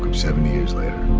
um seventy years later,